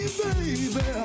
baby